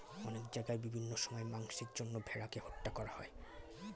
অনেক জায়গায় বিভিন্ন সময়ে মাংসের জন্য ভেড়াকে হত্যা করা হয়